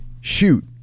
shoot